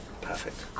perfect